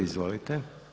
Izvolite.